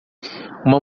uma